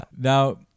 now